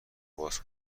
باز